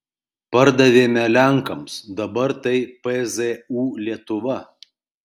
pardavėme lenkams dabar tai pzu lietuva